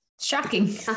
Shocking